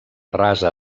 rasa